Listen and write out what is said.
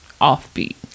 offbeat